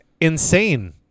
insane